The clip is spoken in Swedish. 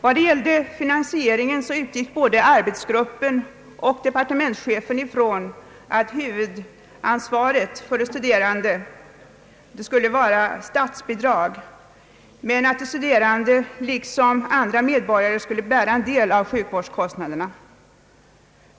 Vad beträffade finansieringen utgick både arbetsgruppen och departementschefen från att huvuddelen av hälsovården för de studerande skulle bekostas med statsbidrag, men att de studerande, liksom andra medborgare, skulle bära en del av sjukvårdskostnaderna.